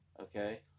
Okay